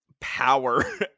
power